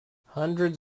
hundreds